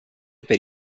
per